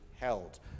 held